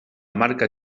marca